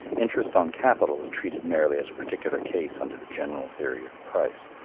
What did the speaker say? interest on capital was treated merely as a particular case under the general theory of price.